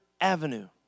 avenue